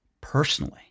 personally